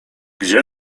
gdzie